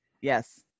yes